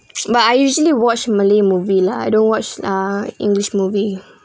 but I usually watch malay movie lah I don't watch uh english movie